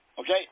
Okay